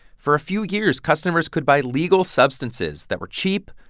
for a few years, customers could buy legal substances that were cheap,